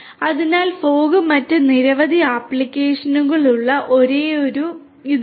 അതിനാൽ മൂടൽമഞ്ഞിന്റെ മറ്റ് നിരവധി ആപ്ലിക്കേഷനുകൾ ഉള്ള ഒരേയൊരു പട്ടിക ഇതല്ല